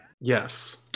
yes